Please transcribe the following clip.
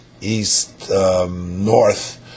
east-north